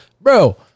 bro